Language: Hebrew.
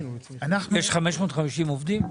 יש 550 עובדים?